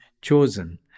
chosen